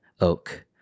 oak